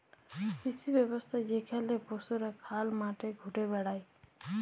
কৃষি ব্যবস্থা যেখালে পশুরা খলা মাঠে ঘুরে বেড়ায়